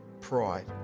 pride